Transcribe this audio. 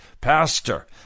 pastor